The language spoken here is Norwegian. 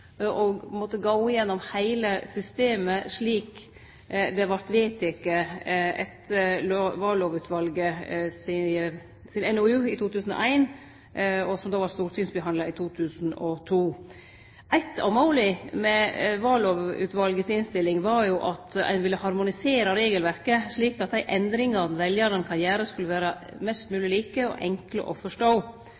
og ein må gå gjennom heile systemet, slik det vart vedteke etter vallovutvalet si NOU i 2001, som vart stortingsbehandla i 2002. Eitt av måla med vallovutvalet si innstilling var jo at ein ville harmonisere regelverket, slik at dei endringane veljarane kunne gjere, skulle vere mest